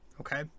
Okay